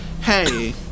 Hey